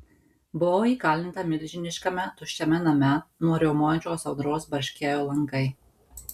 buvau įkalinta milžiniškame tuščiame name nuo riaumojančios audros barškėjo langai